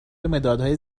مدادهای